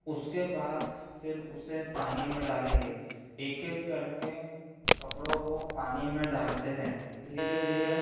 उसके बाद फिर उसे पानी में डालेंगे एक एक करके कपड़ों को पानी में डालते हैं धीरे धीरे